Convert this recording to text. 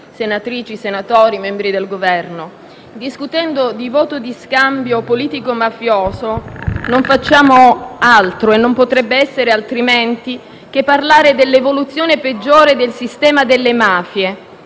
senatrici e senatori, membri del Governo, discutendo di voto di scambio politico-mafioso non facciamo altro - e non potrebbe essere altrimenti - che parlare dell'evoluzione peggiore del sistema delle mafie,